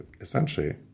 essentially